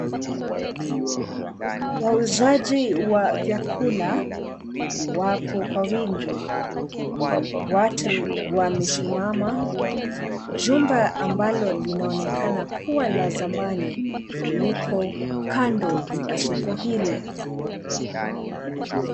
Wauuzaji wa vyakula wapo kwa wingi, watu wamesimama jumba ambalo linaonekana kuwa la zamani liko kando ya soko hili.